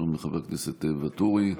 שלום לחבר הכנסת ואטורי.